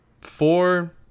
four